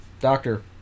Doctor